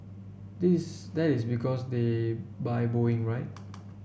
this that is because they buy Boeing right